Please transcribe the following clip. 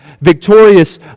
victorious